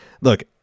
Look